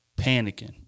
panicking